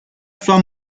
sua